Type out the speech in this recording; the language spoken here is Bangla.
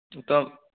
তো তাও